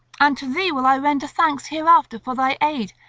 and to thee will i render thanks hereafter for thy aid,